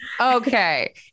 Okay